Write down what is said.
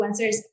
influencers